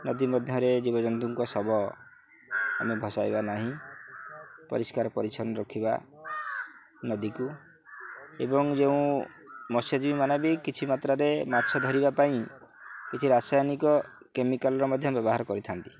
ନଦୀ ମଧ୍ୟରେ ଜୀବଜନ୍ତୁଙ୍କ ଶବ ଆମେ ଭସାଇବା ନାହିଁ ପରିଷ୍କାର ପରିଚ୍ଛନ୍ନ ରଖିବା ନଦୀକୁ ଏବଂ ଯେଉଁ ମତ୍ସ୍ୟଜୀବୀମାନେ ବି କିଛି ମାତ୍ରାରେ ମାଛ ଧରିବା ପାଇଁ କିଛି ରାସାୟନିକ କେମିକାଲ୍ର ମଧ୍ୟ ବ୍ୟବହାର କରିଥାନ୍ତି